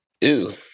Ew